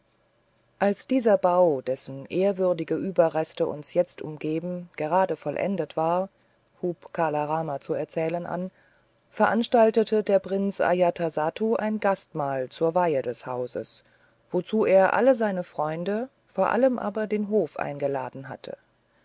als dieser bau dessen ehrwürdige überreste uns jetzt umgeben gerade vollendet war hub kala rama zu erzählen an veranstaltete der prinz ajatasattu ein gastmahl zur weihe des hauses wozu er alle seine freunde vor allem aber den hof eingeladen hatte